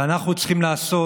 ואנחנו צריכים לעשות